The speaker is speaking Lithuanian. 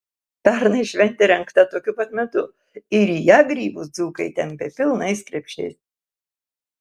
pernai šventė rengta tokiu pat metu ir į ją grybus dzūkai tempė pilnais krepšiais